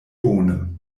bone